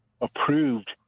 approved